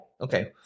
Okay